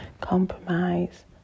compromise